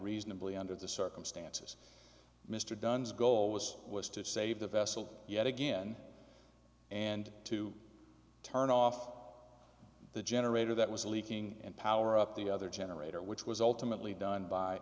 reasonably under the circumstances mr dunn's goal was was to save the vessel yet again and to turn off the generator that was leaking and power up the other generator which was ultimately done by